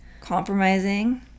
compromising